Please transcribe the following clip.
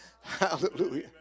Hallelujah